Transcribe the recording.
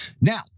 Now